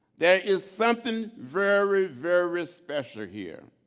there is something very, very special here.